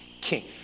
king